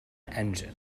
engine